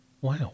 Wow